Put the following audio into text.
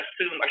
assume